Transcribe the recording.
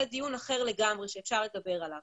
זה דיון אחר לגמרי שאפשר לנהל.